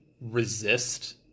resist